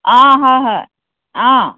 অ হয় হয় অ